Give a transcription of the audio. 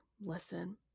listen